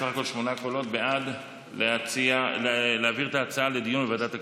סך הכול שמונה קולות בעד להעביר את ההצעה לדיון בוועדת הכספים.